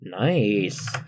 nice